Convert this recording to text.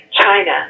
China